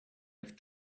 have